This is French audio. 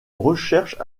recherche